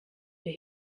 wir